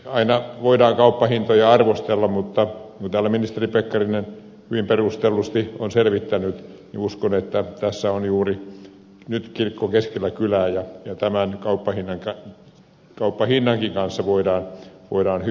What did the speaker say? aina voidaan kauppahintoja arvostella mutta kun täällä ministeri pekkarinen hyvin perustellusti on selvittänyt asiaa niin uskon että tässä on juuri nyt kirkko keskellä kylää ja tämän kauppahinnankin kanssa voidaan hyvin elää